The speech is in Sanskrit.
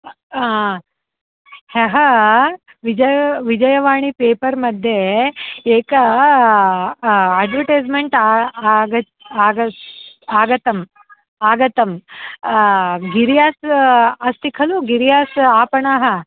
ह्यः विजयः विजयवाणी पेपर् मध्ये एकम् अड्वर्टैस्मेण्ट् आगतम् आगतम् आगतम् आगतं गिरि्यास अस्ति खलु गिरि्यास आपणाः